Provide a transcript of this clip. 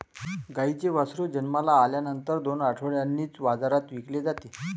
गाईचे वासरू जन्माला आल्यानंतर दोन आठवड्यांनीच बाजारात विकले जाते